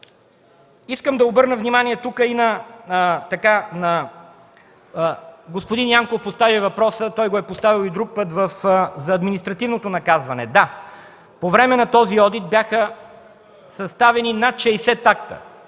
искам да обърна внимание и на въпроса на господин Янков – той го е поставял и друг път, за административното наказване. Да, по време на този одит бяха съставени над 60 акта